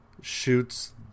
shoots